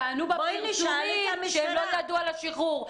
טענו בפרסומים שהם לא ידעו על השחרור.